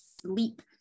sleep